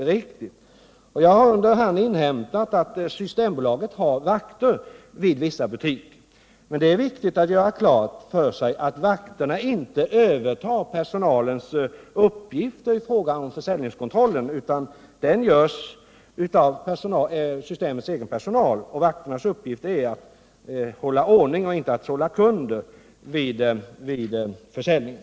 Under hand har jag inhämtat att systembolaget har vakter i vissa butiker, men det är viktigt att göra klart för sig att vakterna inte övertar personalens uppgifter i fråga om försäljningskontrollen, utan den utförs av systemets egen personal. Vakternas uppgift är att hålla ordning och inte att sålla kunder vid försäljningen.